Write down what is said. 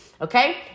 Okay